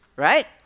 right